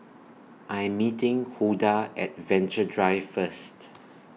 I Am meeting Huldah At Venture Drive First